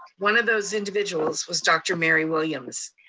one of those individuals was dr. mary williams.